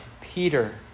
Peter